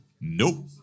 Nope